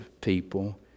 people